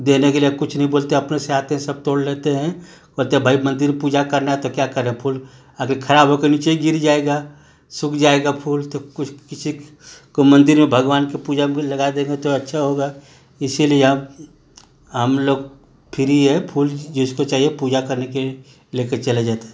देने के लिए कुछ नहीं बोलते अपने से आते हैं सब तोड़ लेते हैं और जब भाई मंदिर में पूजा करना है तो क्या करें फूल अभी खराब हो के नीचे ही गिर जाएगा सूख जाएगा फूल तो कुछ किसी को मंदिर में भगवान की पूजा में लगा देंगे तो अच्छा होगा इसलिए हम हम लोग फ्री हैं फूल जिसको चाहिए पूजा करने के लिए ले कर चले जाते हैं